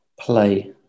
play